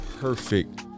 Perfect